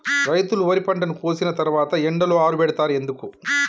రైతులు వరి పంటను కోసిన తర్వాత ఎండలో ఆరబెడుతరు ఎందుకు?